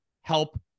help